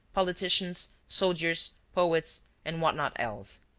politicians, soldiers, poets and what not else.